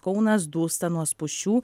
kaunas dūsta nuo spūsčių